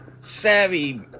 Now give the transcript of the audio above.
savvy